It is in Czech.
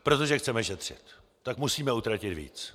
Protože chceme šetřit, tak musíme utratit víc.